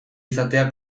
izatea